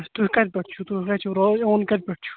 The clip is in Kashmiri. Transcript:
اچھا تُہۍ کَتہِ پیٹھ چھو تُہۍ کَتہ چھو رو اوَن کَتہِ پیٹھ چھو